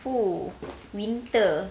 oo winter